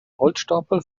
holzstapel